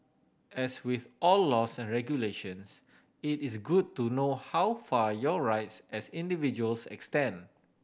as with all laws and regulations it is good to know how far your rights as individuals extend